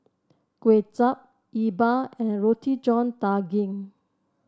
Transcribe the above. Kuay Chap E Bua and Roti John Daging